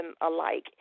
alike